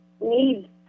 need